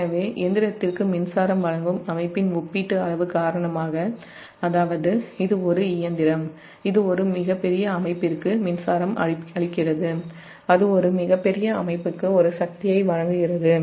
எனவே எந்திரத்திற்கு மின்சாரம் வழங்கும் அமைப்பின் ஒப்பீட்டு அளவு காரணமாக அதாவது இது ஒரு இயந்திரம் இது ஒரு மிகப் பெரிய அமைப்பிற்கு மின்சாரம் அளிக்கிறது அது ஒரு மிகப் பெரிய அமைப்புக்கு ஒரு சக்தியை வழங்குகிறது